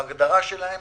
בהגדרה שלהם,